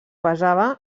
basava